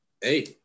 Hey